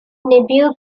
nephew